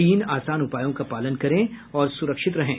तीन आसान उपायों का पालन करें और सुरक्षित रहें